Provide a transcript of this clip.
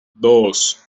dos